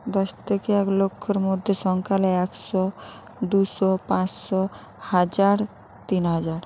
দশ থেকে এক লক্ষর মধ্যে সংখ্যা হলো একশো দুশো পাঁচশো হাজার তিন হাজার